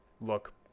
look